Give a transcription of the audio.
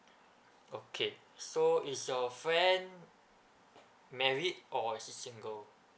okay so is your friend married or is he single